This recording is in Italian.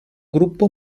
gruppo